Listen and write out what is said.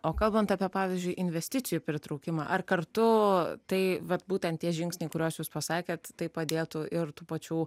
o kalbant apie pavyzdžiui investicijų pritraukimą ar kartu tai vat būtent tie žingsniai kuriuos jūs pasakėt tai padėtų ir tų pačių